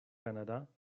canada